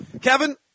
Kevin